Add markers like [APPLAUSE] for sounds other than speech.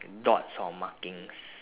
[NOISE] dots or markings